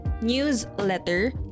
newsletter